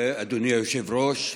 אדוני היושב-ראש,